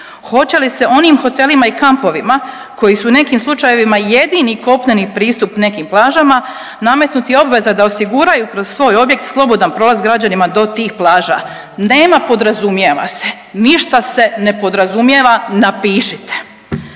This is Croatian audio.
Hoće li se onim hotelima i kampovima koji su u nekim slučajevima jedini kopneni pristup nekim plažama nametnuti obveza da osiguraju kroz svoj objekt slobodan prolaz građanima do tih plaža? Nema podrazumijeva se. Ništa se ne podrazumijeva. Napišite.